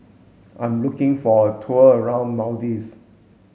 I'm looking for a tour around Maldives